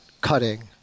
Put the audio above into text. cutting